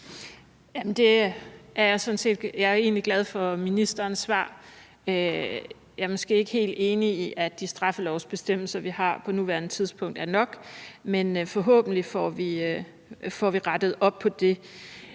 egentlig glad for ministerens svar. Jeg er måske ikke helt enig i, at de straffelovsbestemmelser, vi har på nuværende tidspunkt, er tilstrækkelige, men forhåbentlig får vi rettet op på det.